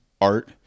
art